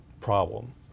problem